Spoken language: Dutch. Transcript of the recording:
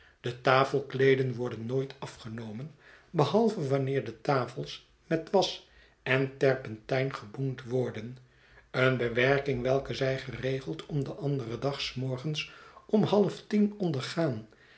de tafelkleeden worden nooit afgenomen behalve wanneer de tafels met was en terpent'yn geboend worden een bewerking welke zij geregeld om den anderen dag s morgens om halftien ondergaan